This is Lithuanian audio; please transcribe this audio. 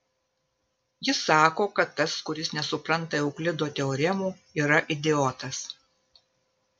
jis sako kad tas kuris nesupranta euklido teoremų yra idiotas